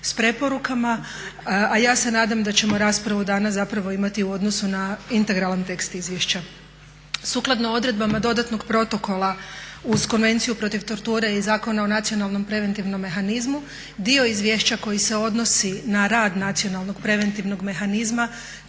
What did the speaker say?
s preporukama a ja se nadam da ćemo raspravu danas zapravo imati u odnosu na integralan tekst izvješća. Sukladno odredbama dodatnog protokola uz Konvenciju protiv torture i Zakona o nacionalnom preventivnom mehanizmu dio izvješća koji se odnosi na rad Nacionalnog preventivnog mehanizma